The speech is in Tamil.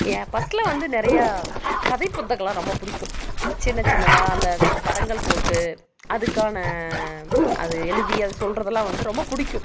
ஏன் ஃபர்ஸ்ட்டில் வந்து நிறைய கதை புத்தகமெலாம் ரொம்ப பிடிக்கும் சின்ன சின்னதாக அந்த படங்கள் போட்டு அதுக்கான அது எழுதி அது சொல்கிறதுலாம் வந்து ரொம்ப பிடிக்கும்